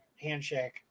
handshake